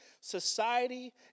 society